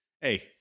hey